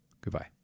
Goodbye